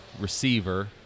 receiver